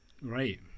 Right